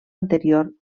anterior